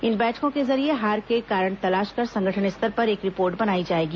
इन बैठकों के जरिये हार के कारण तलाश कर संगठन स्तर पर एक रिपोर्ट बनाई जाएगी